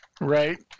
right